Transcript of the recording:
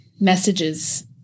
messages